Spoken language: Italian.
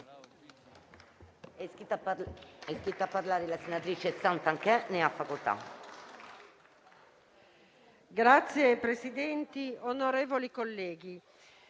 Signor Presidente, onorevoli colleghi,